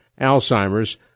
Alzheimer's